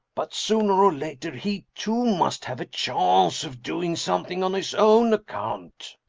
but sooner or later he, too, must have a chance of doing something on his own account.